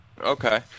okay